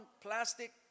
plastic